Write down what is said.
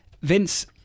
Vince